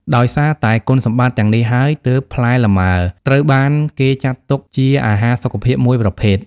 ដោយសារតែគុណសម្បត្តិទាំងនេះហើយ ទើបផ្លែលម៉ើត្រូវបានគេចាត់ទុកជាអាហារសុខភាពមួយប្រភេទ។